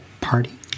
Party